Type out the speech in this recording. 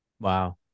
Wow